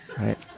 right